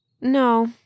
No